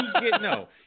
No